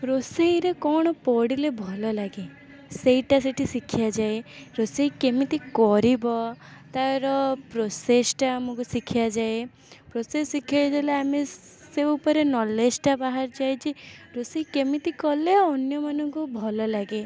ରୋଷେଇରେ କ'ଣ ପଡ଼ିଲେ ଭଲ ଲାଗେ ସେଇଟା ସେଇଠି ଶିଖାଯାଏ ରୋଷେଇ କେମିତି କରିବ ତାର ପ୍ରୋସେସ୍ଟା ଆମକୁ ଶିଖାଯାଏ ପ୍ରୋସେସ୍ ଶିଖେଇଦେଲେ ଆମେ ସେ ଉପରେ ନଲେଜ୍ଟା ବାହାରିଯାଏ ଯେ ରୋଷେଇ କେମିତି କଲେ ଅନ୍ୟମାନଙ୍କୁ ଭଲଲାଗେ